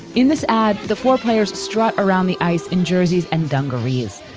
in this ad, the four players strut around the ice in jerseys and dungarees.